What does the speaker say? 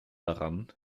daran